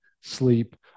sleep